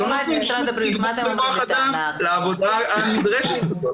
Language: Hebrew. לא נותנים כוח אדם לעבודה הנדרשת.